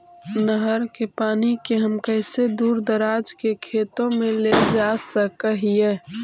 नहर के पानी के हम कैसे दुर दराज के खेतों में ले जा सक हिय?